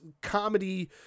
comedy